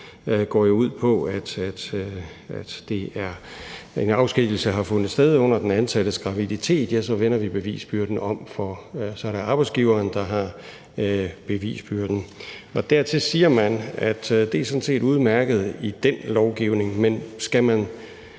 går jo ud på, at hvis en afskedigelse har fundet sted under den ansattes graviditet, ja, så vender vi bevisbyrden om, for så er det arbejdsgiveren, der har bevisbyrden. Dertil siger man, at det sådan set er udmærket i dén lovgivning, men skal man